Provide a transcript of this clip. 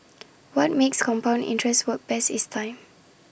what makes compound interest work best is time